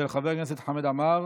של חבר הכנסת חמד עמאר